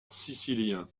sicilien